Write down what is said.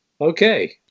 okay